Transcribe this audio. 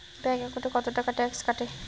Bank একাউন্টত কতো টাকা ট্যাক্স কাটে?